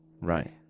Right